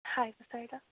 ꯍꯥꯏꯕ ꯁꯔꯗ